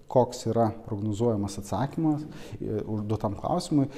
koks yra prognozuojamas atsakymas nu duotam klausimui